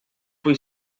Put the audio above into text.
foi